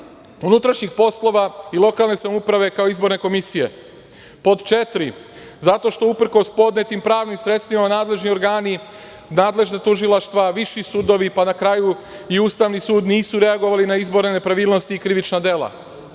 i Ministarstvo lokalne samouprave, kao izborne komisije. Pod četiri, zato što uprkos podnetim pravnim sredstvima nadležni organi, nadležna tužilaštva, viši sudovi, pa na kraju i Ustavni sud nisu reagovali na izborne nepravilnosti i krivična dela. Zato